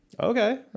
Okay